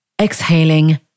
Exhaling